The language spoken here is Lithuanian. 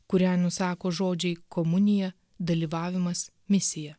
kurią nusako žodžiai komunija dalyvavimas misija